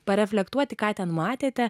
pareflektuoti ką ten matėte